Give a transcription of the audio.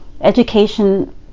Education